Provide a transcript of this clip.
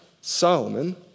Solomon